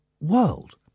world